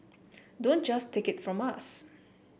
don't just take it from us